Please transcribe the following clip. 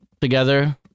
together